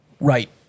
right